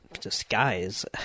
disguise